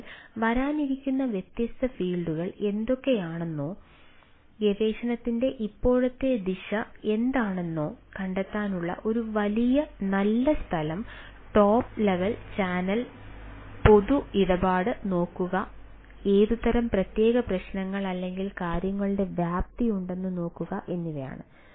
അതിനാൽ വരാനിരിക്കുന്ന വ്യത്യസ്ത ഫീൽഡുകൾ എന്തൊക്കെയാണെന്നോ ഗവേഷണത്തിന്റെ ഇപ്പോഴത്തെ ദിശ എന്താണെന്നോ കണ്ടെത്താനുള്ള ഒരു നല്ല സ്ഥലം ടോപ്പ് ലെവൽ ചാനൽ പൊതു ഇടപാട് നോക്കുക ഏതുതരം പ്രത്യേക പ്രശ്നങ്ങൾ അല്ലെങ്കിൽ കാര്യങ്ങളുടെ വ്യാപ്തി ഉണ്ടെന്നും നോക്കുക എന്നിവയാണ്